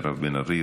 מירב בן ארי,